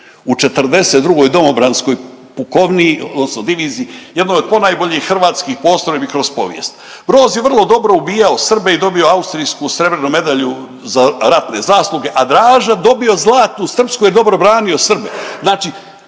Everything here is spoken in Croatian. u 42. Domobranskoj pukovniji odnosno diviziji jednoj od ponajboljih hrvatskih postrojbi kroz povijest. Broz je vrlo dobro ubijao Srbe i dobio austrijsku srebrenu medalju za ratne zasluge, a Draža dobio zlatnu srpsku jer dobro branio Srbe. Znači